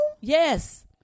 Yes